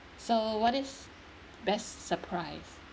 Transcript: so what is best surprise